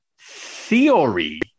theory